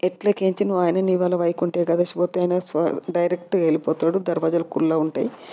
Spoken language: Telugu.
ఎట్ల కెంచి మా ఆయనని ఇవాళ వైకుంఠ ఏకాదశి పోతే అయినా డైరెక్ట్గా వెళ్ళిపోతాడు దర్వాజులు కుల్లా ఉంటాయి